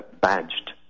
badged